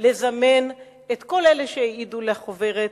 לזמן את כל אלה שהעידו לחוברת